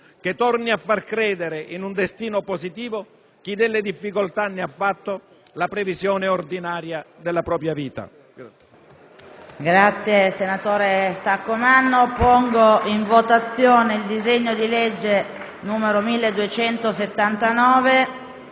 che torna a far credere in un destino positivo chi delle difficoltà ha fatto la previsione ordinaria della propria vita.